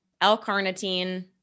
L-carnitine